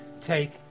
take